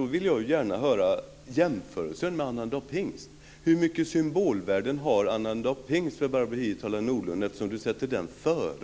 Då vill jag gärna höra en jämförelse med annandag pingst. Hur mycket symbolvärde har annandag pingst för Barbro Hietala Nordlund, eftersom hon sätter den dagen